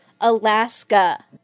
Alaska